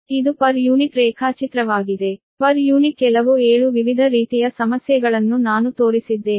ಆದ್ದರಿಂದ per unit ಕೆಲವು 7 ವಿವಿಧ ರೀತಿಯ ಸಮಸ್ಯೆಗಳನ್ನು ನಾನು ತೋರಿಸಿದ್ದೇನೆ